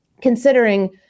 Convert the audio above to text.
considering